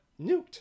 nuked